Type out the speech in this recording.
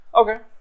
Okay